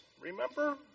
Remember